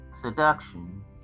seduction